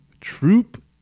Troop